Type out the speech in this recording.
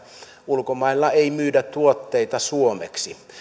ulkomailla ei myydä tuotteita suomeksi kyllä